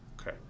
Okay